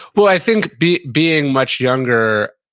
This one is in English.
well, i think, being being much younger,